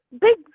big